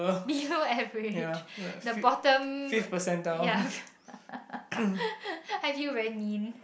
below average the bottom ya I feel very mean